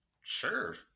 Sure